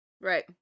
Right